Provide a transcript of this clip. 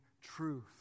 truth